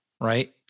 Right